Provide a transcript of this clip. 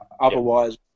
Otherwise